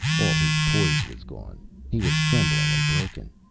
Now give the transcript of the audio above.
all his poise was gone. he was trembling and broken.